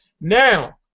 now